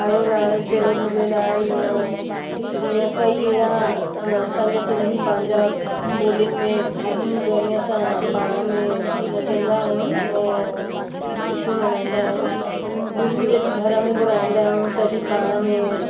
आयोलाल चयो झूलेलाल या ईंअ कई अहिड़ा असांजा सिंधी पंहिंजा ॿोलियुनि में आहिन जंहिंमें असां पाण में नचंदा आहियूं ऐं ख़ुशियूं मल्हाईंदा आहियूं गुरू जॾहिं घर में घुराईंदा आहियूं तॾहिं पाण में